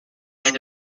end